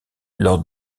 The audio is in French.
lors